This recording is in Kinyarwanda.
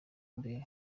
imbehe